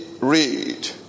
read